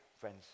friends